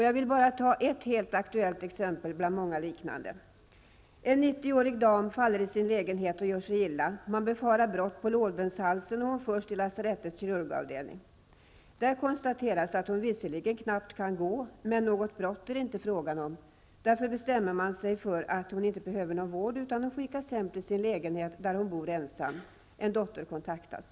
Jag vill bara ta ett helt aktuellt exempel bland många. En 93-årig dam faller i sin lägenhet och gör sig illa, man befarar brott på lårbenshalsen och hon förs till lasarettets kirurgavdelning. Där konstateras att hon visserligen knappt kan gå, men något brott är det inte fråga om. Därför bestämmer man sej för att hon inte behöver någon vård utan hon skickas hem till sin lägenhet där hon bor ensam. En dotter kontaktas.